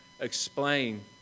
explain